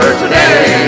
today